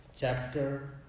chapter